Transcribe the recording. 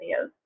videos